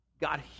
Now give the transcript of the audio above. God